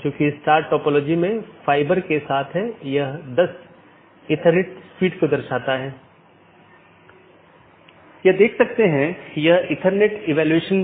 BGP किसी भी transport layer का उपयोग नहीं करता है ताकि यह निर्धारित किया जा सके कि सहकर्मी उपलब्ध नहीं